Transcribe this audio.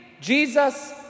Jesus